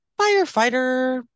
firefighter